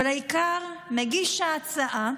אבל העיקר, מגיש ההצעה,